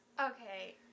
Okay